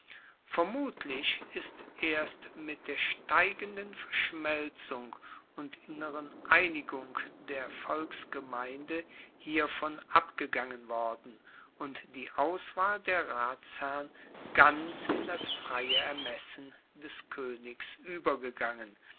vermutlich ist erst mit der steigenden verschmelzung und inneren einigung der volksgemeinde hiervon abgegangen worden und die auswahl der ratsherren ganz in das freie ermessen des koenigs uebergegangen